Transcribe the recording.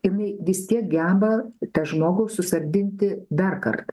jinai vis tiek geba tą žmogų susargdinti darkart